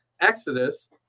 Exodus